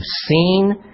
seen